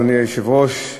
אדוני היושב-ראש,